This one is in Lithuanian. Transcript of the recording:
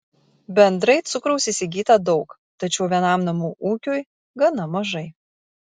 bendrai cukraus įsigyta daug tačiau vienam namų ūkiui gana mažai